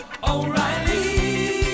O'Reilly